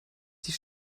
die